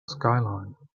skyline